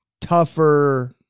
tougher